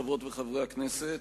חברות וחברי הכנסת,